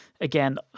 again